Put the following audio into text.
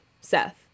Seth